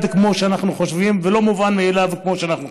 כמו שאנחנו חושבים ולא מובן מאליו כמו שאנחנו חושבים.